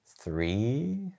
three